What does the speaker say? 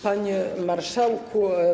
Panie Marszałku!